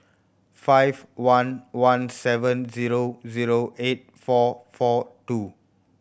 five one one seven zero zero eight four four two